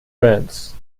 bands